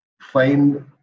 find